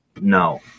no